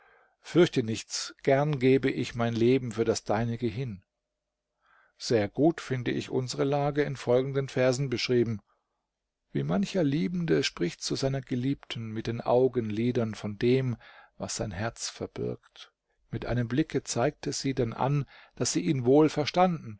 fürchte nichts gern gebe ich mein leben für das deinige hin sehr gut finde ich unsere lage in folgenden versen beschrieben wie mancher liebende spricht zu seiner geliebten mit den augenlidern von dem was sein herz verbirgt mit einem blicke zeigte sie dann an daß sie ihn wohl verstanden